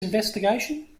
investigation